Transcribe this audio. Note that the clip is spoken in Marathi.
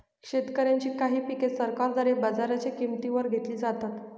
शेतकऱ्यांची काही पिक सरकारद्वारे बाजाराच्या किंमती वर घेतली जातात